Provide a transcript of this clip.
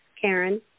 Karen